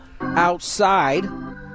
outside